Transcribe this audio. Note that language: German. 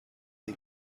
den